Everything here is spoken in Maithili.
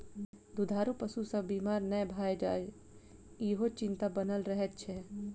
दूधारू पशु सभ बीमार नै भ जाय, ईहो चिंता बनल रहैत छै